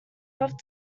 help